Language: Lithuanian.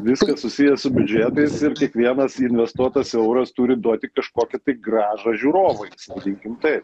viskas susiję su biudžetais ir kiekvienas investuotas euras turi duoti kažkokią tai grąžą žiūrovui sakykim taip